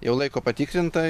jau laiko patikrinta